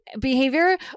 behavior